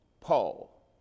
Paul